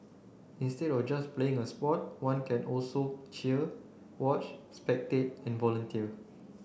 instead of just playing a sport one can also cheer watch spectate and volunteer